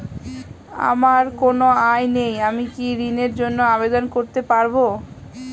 আমার কোনো আয় নেই আমি কি ঋণের জন্য আবেদন করতে পারব?